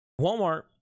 Walmart